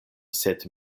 sed